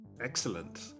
excellent